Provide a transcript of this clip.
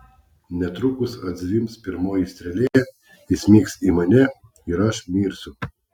netrukus atzvimbs pirmoji strėlė įsmigs į mane ir aš mirsiu